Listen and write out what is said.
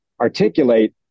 articulate